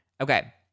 Okay